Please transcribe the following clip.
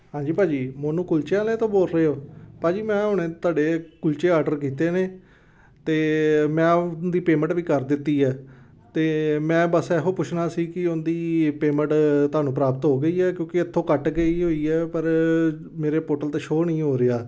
ਹਾਂਜੀ ਭਾਅ ਜੀ ਮੋਨੂ ਕੁਲਚੇ ਵਾਲਿਆਂ ਤੋਂ ਬੋਲ ਰਹੇ ਹੋ ਭਾਅ ਜੀ ਮੈਂ ਹੁਣੇ ਤੁਹਾਡੇ ਕੁਲਚੇ ਆਡਰ ਕੀਤੇ ਨੇ ਅਤੇ ਮੈਂ ਉਹਦੀ ਪੇਮੈਂਟ ਵੀ ਕਰ ਦਿੱਤੀ ਹੈ ਅਤੇ ਮੈਂ ਬਸ ਇਹੋ ਪੁੱਛਣਾ ਸੀ ਕੀ ਉਹਦੀ ਪੇਮੈਂਟ ਤੁਹਾਨੂੰ ਪ੍ਰਾਪਤ ਹੋ ਗਈ ਹੈ ਕਿਉਂਕਿ ਇੱਥੋਂ ਕੱਟ ਗਈ ਹੋਈ ਹੈ ਪਰ ਮੇਰੇ ਪੋਰਟਲ 'ਤੇ ਸ਼ੋਅ ਨਹੀਂ ਹੋ ਰਿਹਾ